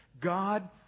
God